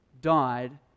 died